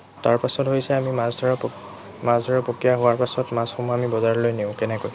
তাৰপাছত হৈছে আমি মাছ ধৰা মাছ ধৰা প্ৰক্ৰিয়া হোৱাৰ পাছত মাছসমূহ আমি বজাৰলৈ নিওঁ কেনেকৈ